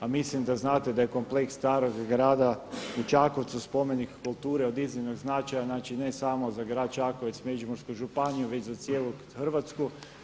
A mislim da znate da je kompleks Staroga grada u Čakovcu spomenik kulture od iznimnog značaja ne samo za grad Čakovec, Međimursku županiju već za cijelu Hrvatsku.